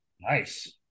Nice